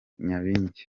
nyabingi